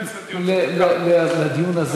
לא רציתי להפריע באמצע הדיון,